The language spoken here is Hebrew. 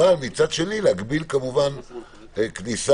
אבל מצד שני להגביל כמובן כניסה.